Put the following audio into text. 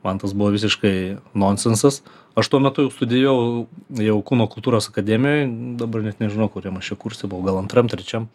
man tas buvo visiškai nonsensas aš tuo metu jau studijavau jau kūno kultūros akademijoj dabar net nežinau kokiam aš čia kurse buvau gal antram trečiam